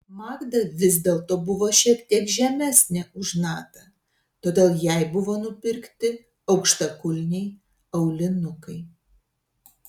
magda vis dėlto buvo šiek tiek žemesnė už natą todėl jai buvo nupirkti aukštakulniai aulinukai